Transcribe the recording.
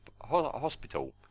Hospital